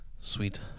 Sweet